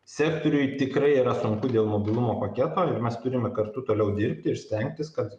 sektoriui tikrai yra sunku dėl mobilumo paketo ir mes turime kartu toliau dirbti ir stengtis kad